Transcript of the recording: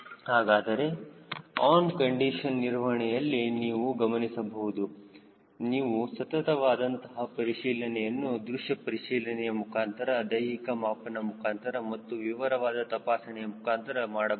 ಹಾಗಾದರೆ on condition ನಿರ್ವಹಣೆಯಲ್ಲಿ ನೀವು ಗಮನಿಸಬಹುದು ನೀವು ಸತತವಾದಂತಹ ಪರಿಶೀಲನೆಯನ್ನು ದೃಶ್ಯ ಪರಿಶೀಲನೆಯ ಮುಖಾಂತರ ದೈಹಿಕ ಮಾಪನ ಮುಖಾಂತರ ಮತ್ತು ವಿವರವಾದ ತಪಾಸಣೆಯ ಮುಖಾಂತರ ಮಾಡಬಹುದು